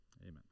Amen